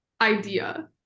idea